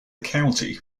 county